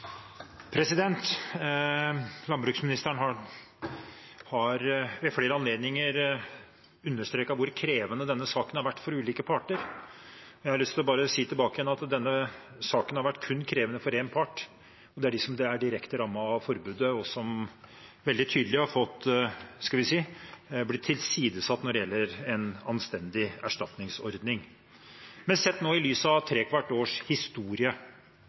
ulike parter. Jeg har lyst til å si tilbake at denne saken har vært krevende for kun én part, og det er dem som er direkte rammet av forbudet, og som veldig tydelig har blitt tilsidesatt når det gjelder en anstendig erstatningsordning. Men mener statsråden nå – sett i lys av trekvart års historie,